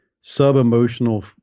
sub-emotional